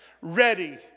ready